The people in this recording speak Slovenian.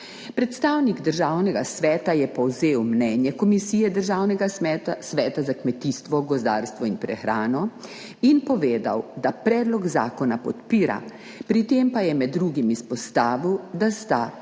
Predstavnik Državnega sveta je povzel mnenje Komisije Državnega sveta za kmetijstvo, gozdarstvo in prehrano in povedal, da predlog zakona podpira, pri tem pa je med drugim izpostavil, da sta transparentnost